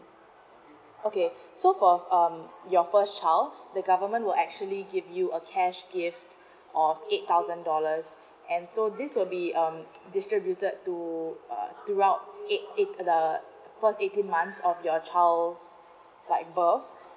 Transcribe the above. okay so for um your first child the government will actually give you a cash gift of eight thousand dollars and so this will be um distributed to uh throughout eight eight the first eighteen months of your child's like birth